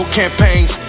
campaigns